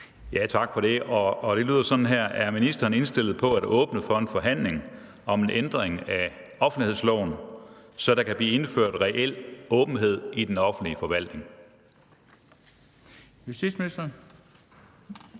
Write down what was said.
Tak for det, og det lyder sådan her: Er ministeren indstillet på at åbne for en forhandling om en ændring af offentlighedsloven, så der kan blive indført reel åbenhed i den offentlige forvaltning?